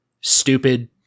stupid